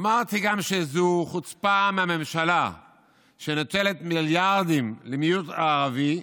אמרתי גם שזו חוצפה מממשלה שנותנת מיליארדים למיעוט הערבי,